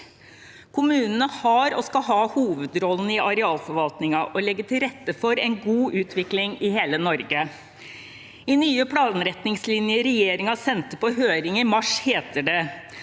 Kommunene har og skal ha hovedrollen i arealforvaltningen og legge til rette for en god utvikling i hele Norge. I de nye planretningslinjene regjeringen sendte på høring i mars,